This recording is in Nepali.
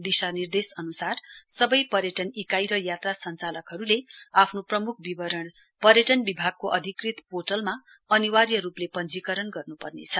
दिशानिर्देश अनुसार सबै पर्यटन इकाइ र यात्रा सञ्चालकहरूले आफ्नो प्रमुख विवरण पर्यटन विभागको अधिकृत पोर्टलमा अनिर्वाय रूपले पञ्जीकरण गर्नुपर्नेछ